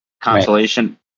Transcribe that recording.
consolation